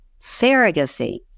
surrogacy